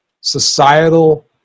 societal